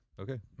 okay